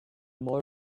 more